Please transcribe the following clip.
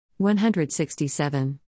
167